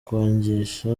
kwangisha